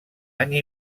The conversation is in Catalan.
any